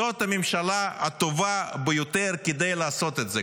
זאת הממשלה הטובה ביותר כדי לעשות את זה".